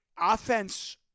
Offense